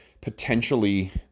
potentially